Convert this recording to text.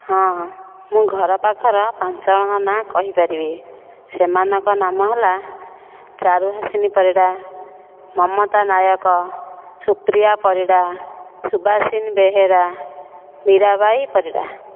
ହଁ ମୁଁ ଘର ପାଖର ପାଞ୍ଚ ଜଣଙ୍କ ନାଁ କହିପାରିବି ସେମାନଙ୍କ ନାମ ହେଲା ଚାରୁହାସିନି ପରିଡ଼ା ମମତା ନାୟକ ସୁପ୍ରିୟା ପରିଡ଼ା ସୁଭାଷିନୀ ବେହେରା ମୀରା ବାଈ ପରିଡ଼ା